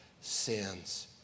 sins